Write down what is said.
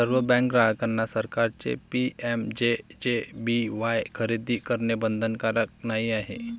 सर्व बँक ग्राहकांना सरकारचे पी.एम.जे.जे.बी.वाई खरेदी करणे बंधनकारक नाही आहे